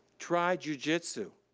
try jiu jitsu.